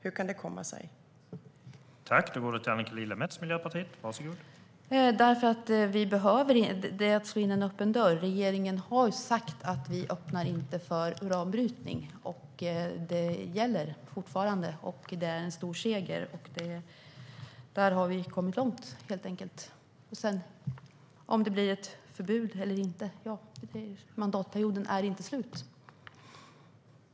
Hur kan det komma sig?